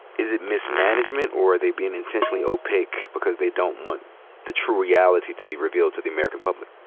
is it mismanagement, or are they being intentionally opaque, because they don't want the true reality to be revealed to the american public?